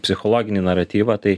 psichologinį naratyvą tai